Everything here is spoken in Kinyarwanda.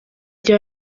gihe